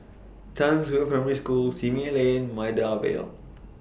Townsville Primary School Simei Lane Maida Vale